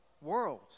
world